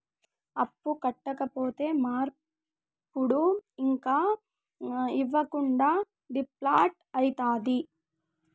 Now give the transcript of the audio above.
అప్పు కట్టకపోతే మరెప్పుడు ఇంక ఇవ్వకుండా డీపాల్ట్అయితాది